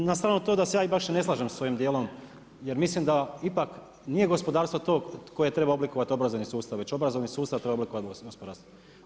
Na stranu to da se ja i baš ne slažem sa ovim dijelom, jer mislim da ipak nije gospodarstvo to koje treba oblikovati obrazovni sustav već obrazovni sustav treba oblikovati gospodarstvo.